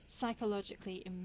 psychologically